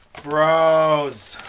bros.